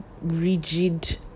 rigid